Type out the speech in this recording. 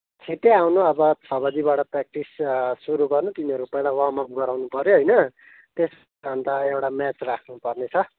छिट्टै आउनु अब छ बजीबाट प्र्याक्टिस सुरु गर्नु तिमीहरू पहिला वार्मअप गराउनु पऱ्यो होइन त्यस अन्त एउटा म्याच राख्नुपर्नेछ